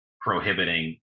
prohibiting